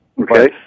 Okay